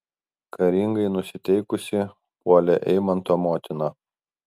karingai nusiteikusi puolė eimanto motina